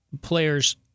players